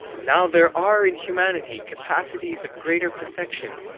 now there are in humanity capacities of greater perfection,